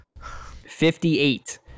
58